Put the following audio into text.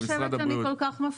אני לא חושבת שאני כל כך מפחידה.